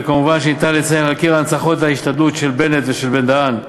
וכמובן שניתן לציין על קיר ההנצחות וההשתדלות של בנט ושל בן-דהן.